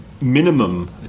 minimum